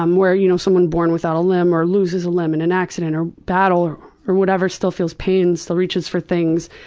um where you know someone born without a limb, or loses a limb in an accident, or battle or or whatever still feels pain or still reaches for things,